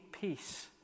peace